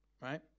Right